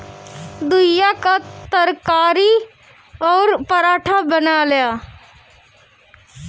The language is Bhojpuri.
घुईया कअ तरकारी अउरी पराठा बनेला